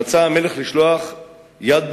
ורצה המלך לשלוח יד בכולם.